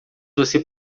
você